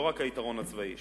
לא רק היתרון הצבאי,